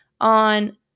on